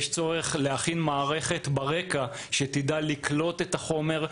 יש צורך להכין מערכת שתדע לקלוט את החומר.